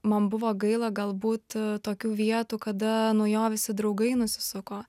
man buvo gaila galbūt tokių vietų kada nuo jo visi draugai nusisuko